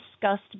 discussed